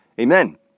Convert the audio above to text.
amen